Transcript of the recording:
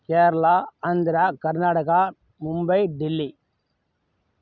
Kerala Andhra Karnataka Mumbai Delhi